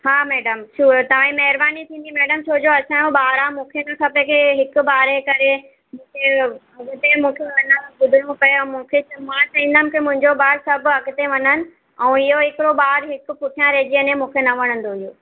हा मैडम तव्हां जी महिरबानी थींदी मैडम छो जो असांयो ॿारु आहे मूंखे न खपे कि हिकु ॿार जे करे मूंखे अॻिते मूंखे अञा ॿुधणो पिए ऐं मूंखे त मां चाहींदमि की मुंहिंजा ॿार सभु अॻिते वञनि ऐं इहो हिकिड़ो ॿारु हिकु पुठियां रहिजी वञे मूंखे न वणंदो इहो